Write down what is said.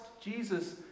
Jesus